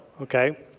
okay